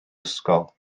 ysgol